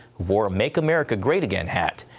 wore a make american great again hat,